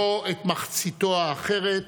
לא את מחציתו האחת